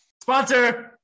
Sponsor